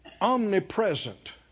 omnipresent